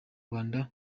rwanda